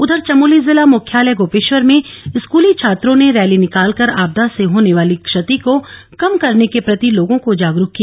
उधर चमोली जिला मुख्यालय गोपे वर में स्कूली छात्रों ने रैली निकाल कर आपदा से होने वाली क्षति को कम करने के प्रति लोगों को जागरूक किया